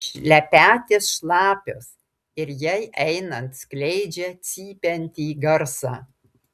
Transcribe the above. šlepetės šlapios ir jai einant skleidžia cypiantį garsą